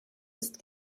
ist